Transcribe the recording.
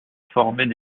formaient